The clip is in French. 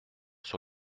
sur